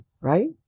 right